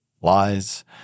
lies